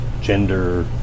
gender